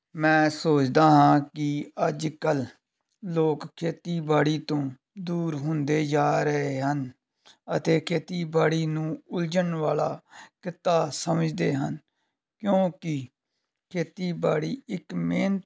ਮੈਂ ਸੋਚਦਾ ਹਾਂ ਕਿ ਅੱਜ ਕੱਲ੍ਹ ਲੋਕ ਖੇਤੀਬਾੜੀ ਤੋਂ ਦੂਰ ਹੁੰਦੇ ਜਾ ਰਹੇ ਹਨ ਅਤੇ ਖੇਤੀਬਾੜੀ ਨੂੰ ਉਲਝਣ ਵਾਲਾ ਕਿੱਤਾ ਸਮਝਦੇ ਹਨ ਕਿਉਂਕਿ ਖੇਤੀਬਾੜੀ ਇੱਕ ਮਿਹਨਤ